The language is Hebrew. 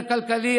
הכלכלי,